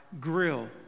grill